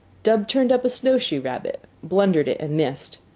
dub turned up a snowshoe rabbit, blundered it, and missed.